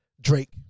Drake